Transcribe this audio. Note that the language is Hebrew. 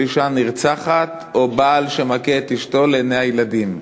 אישה שנרצחת או בעל שמכה את אשתו לעיני הילדים.